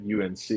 UNC